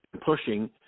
pushing